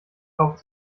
taucht